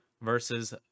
versus